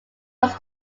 was